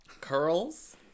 curls